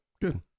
good